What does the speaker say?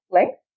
Length